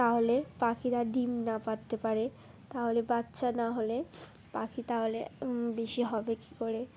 তাহলে পাখিরা ডিম না পাড়তে পারে তাহলে বাচ্চা না হলে পাখি তাহলে বেশি হবে কী করে